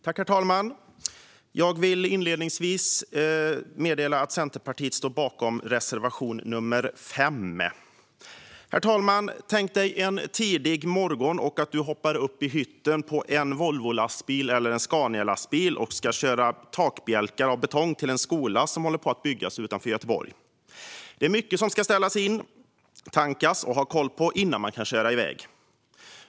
Herr talman! Jag vill inledningsvis yrka bifall till reservation 5. Tänk dig en tidig morgon. Du hoppar upp i hytten på en Volvo eller Scanialastbil och ska köra takbjälkar av betong till en skola som håller på att byggas utanför Göteborg. Du ska tanka, och det är mycket annat du ska ställa in och ha koll på innan du kan köra iväg.